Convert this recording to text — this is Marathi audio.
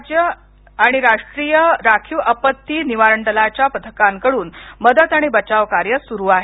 राज्य आणि राष्ट्रीय राखीव आपत्ती निवारण दलाच्या पथकांकडून मदत आणि बचाव कार्य सुरु आहे